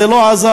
זה לא עזר,